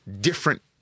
different